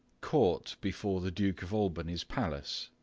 court before the duke of albany's palace.